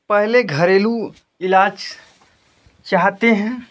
पहले घरेलू इलाज चाहते हैं